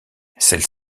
celles